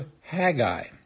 Haggai